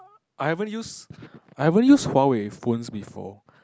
I haven't use I haven't use Huawei phones before